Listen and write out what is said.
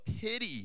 pity